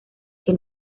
que